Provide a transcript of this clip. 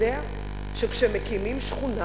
יודע שכשמקימים שכונה